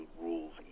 rules